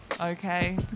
Okay